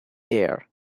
there